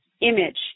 image